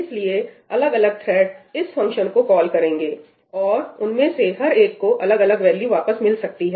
इसलिए अलग अलग थ्रेड इस फंक्शन को कॉल करेंगे और उनमें से हर एक को अलग अलग वैल्यू वापस मिल सकती है